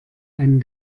einen